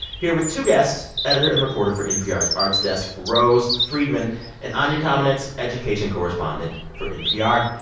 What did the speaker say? here with two guests editor and reporter for npr's arts desk rose friedman and anya kamenetz, education correspondent for npr.